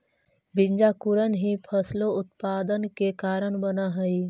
बीजांकुरण ही फसलोत्पादन के कारण बनऽ हइ